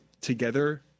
together